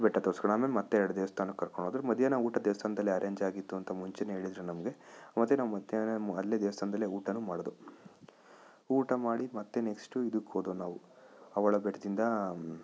ಬೆಟ್ಟ ತೋರ್ಸ್ಕೊಂಡು ಆಮೇಲೆ ಮತ್ತೆ ಎರಡು ದೇವಸ್ಥಾನಕ್ಕೆ ಕರ್ಕೊಂಡು ಹೋದರು ಮಧ್ಯಾಹ್ನ ಊಟ ದೇವಸ್ಥಾನದಲ್ಲೇ ಅರೆಂಜ್ ಆಗಿತ್ತು ಅಂತ ಮುಂಚೆನೇ ಹೇಳಿದ್ರು ನಮಗೆ ಮತ್ತೆ ನಾವು ಮಧ್ಯಾಹ್ನ ಅಲ್ಲೇ ದೇವಸ್ಥಾನದಲ್ಲೇ ಊಟವೂ ಮಾಡ್ದುಊಟ ಮಾಡಿ ಮತ್ತೆ ನೆಕ್ಸ್ಟು ಇದಕ್ಕೆ ಹೋದೆವು ನಾವು ಅವಳ ಬೆಟ್ಟದಿಂದ